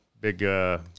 big